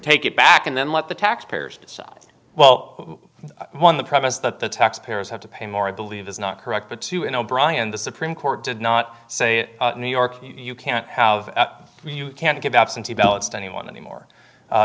take it back and then let the taxpayers decide well on the promise that the taxpayers have to pay more of believe is not correct but to an o'brien the supreme court did not say in new york you can't have you can't give absentee ballots to anyone anymore